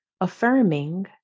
affirming